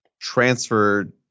transferred